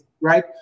right